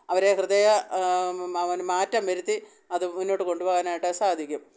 അവരെ ഹൃദയ മാറ്റം വരുത്തി അതു മുന്നോട്ടു കൊണ്ടു പോകാനായിട്ടു സാധിക്കും